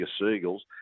Seagulls